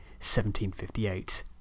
1758